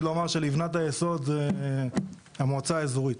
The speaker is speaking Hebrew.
לומר שלבנת היסוד זה המועצה האזורית.